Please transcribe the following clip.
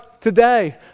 today